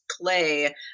play